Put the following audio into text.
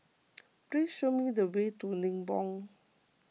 please show me the way to Nibong